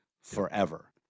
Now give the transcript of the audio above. forever